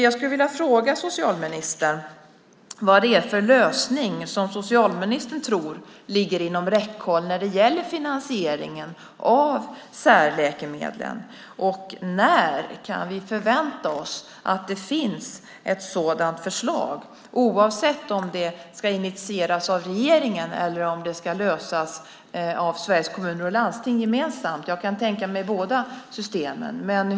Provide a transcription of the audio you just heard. Jag skulle vilja fråga socialministern vilken lösning han tror ligger inom räckhåll när det gäller finansieringen av särläkemedlen och när vi kan förvänta oss att det finns ett sådant förslag, oavsett om det ska initieras av regeringen eller om det ska lösas av Sveriges Kommuner och Landsting gemensamt. Jag kan tänka mig båda systemen.